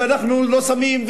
ואנחנו לא שמים,